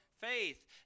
faith